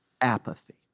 apathy